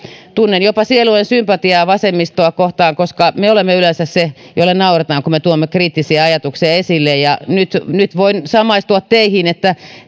tunnen jopa sielujen sympatiaa vasemmistoa kohtaan koska me olemme yleensä ne joille nauretaan kun me tuomme kriittisiä ajatuksia esille nyt nyt voin samaistua teihin kun